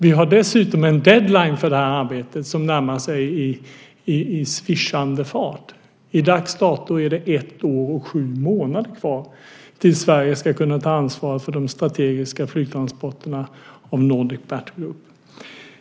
Vi har dessutom en deadline för det här arbetet som närmar sig i svischande fart. Från dags dato är det ett år och sju månader kvar till Sverige ska kunna ta ansvar för de strategiska flygtransporterna av Nordic Battle Group.